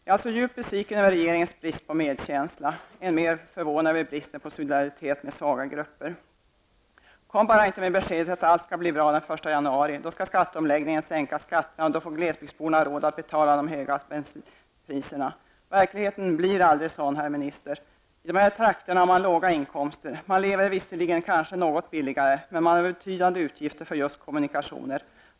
Jag är alltså djupt besviken över regeringens brist på medkänsla. Än mer förvånad är jag över bristen på solidaritet med svaga grupper. Kom bara inte med beskedet att allt skall bli bra efter den 1 januari 1991. Då skall, säger man, skatteomläggningen göra att skatterna sänks och att glesbygdsborna får råd att betala de höga bensinpriserna. Verkligheten blir aldrig sådan, herr minister. I dessa trakter har människor låga inkomster. De lever visserligen något billigare än man gör på andra håll, men de har betydande utgifter för just kommunikationer.